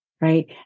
Right